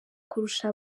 kurusha